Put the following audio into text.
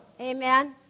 amen